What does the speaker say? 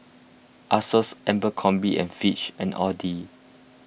Asos Abercrombieand and Fitch and Audi